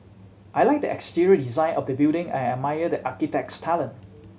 I like the exterior design of the building and I admire the architect's talent